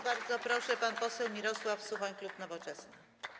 Bardzo proszę, pan poseł Mirosław Suchoń, klub Nowoczesna.